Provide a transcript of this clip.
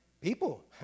People